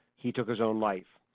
he took his own life.